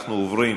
אנחנו עוברים